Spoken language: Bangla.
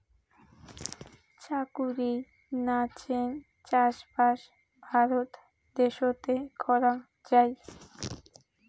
চাকুরি নাচেঙ চাষবাস ভারত দ্যাশোতে করাং যাই